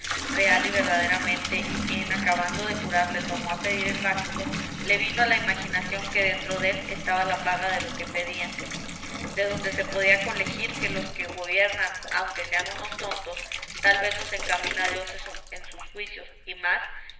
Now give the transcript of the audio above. real y verdaderamente y que en acabando de jurar le tornó a pedir el báculo le vino a la imaginación que dentro dél estaba la paga de lo que pedían de donde se podía colegir que los que gobiernan aunque sean unos tontos tal vez los encamina dios en sus juicios y más